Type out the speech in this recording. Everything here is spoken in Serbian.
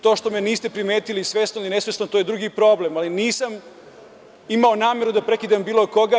To što me niste primetili svesno ili nesvesno, to je drugi problem, ali nisam imao nameru da prekidam bilo koga.